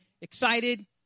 excited